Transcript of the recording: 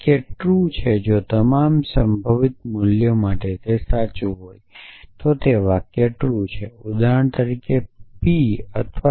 વાક્યો સાચા છે જો તમામ સંભવિત મૂલ્યો માટે તે સાચું હોય તો વાક્ય સાચું છે ઉદાહરણ તરીકે p અથવા